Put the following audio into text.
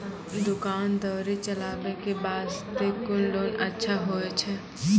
दुकान दौरी चलाबे के बास्ते कुन लोन अच्छा होय छै?